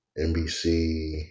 NBC